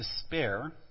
despair